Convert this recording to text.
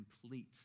complete